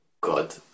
God